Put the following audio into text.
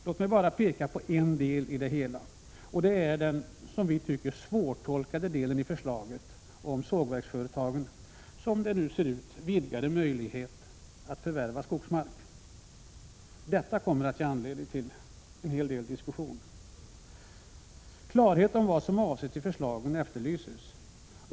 Låt mig bara peka på en del i det hela, den som vi tycker svårtolkade delen i förslaget om sågverksföretagens — som det ser ut nu — vidgade möjlighet att förvärva skogsmark. Detta kommer att ge anledning till en hel del diskussion. Klarhet om vad som avsetts med förslaget efterlyses.